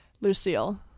Lucille